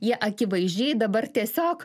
jie akivaizdžiai dabar tiesiog